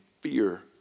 fear